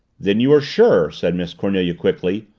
then you are sure, said miss cornelia quickly,